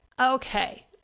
okay